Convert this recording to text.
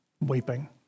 weeping